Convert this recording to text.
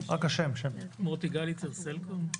מוטי גליצר, סלקום.